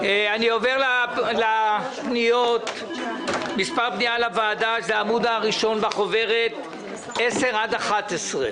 אני אתי שגיא מאגף השכר במשרד האוצר.